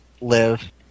live